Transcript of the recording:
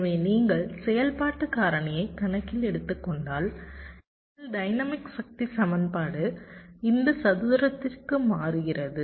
எனவே நீங்கள் செயல்பாட்டு காரணியை கணக்கில் எடுத்துக் கொண்டால் எங்கள் டைனமிக் சக்தி சமன்பாடு இந்த சதுரத்திற்கு மாறுகிறது